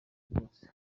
bwose